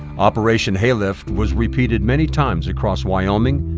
operation haylift was repeated many times across wyoming,